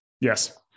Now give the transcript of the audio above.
Yes